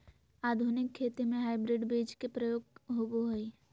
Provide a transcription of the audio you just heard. आधुनिक खेती में हाइब्रिड बीज के प्रयोग होबो हइ